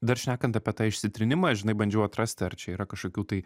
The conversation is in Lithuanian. dar šnekant apie tą išsitrinimą žinai bandžiau atrasti ar čia yra kažkokių tai